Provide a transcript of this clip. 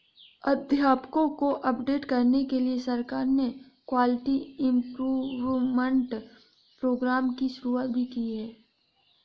अध्यापकों को अपडेट करने के लिए सरकार ने क्वालिटी इम्प्रूव्मन्ट प्रोग्राम की शुरुआत भी की है